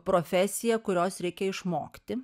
profesija kurios reikia išmokti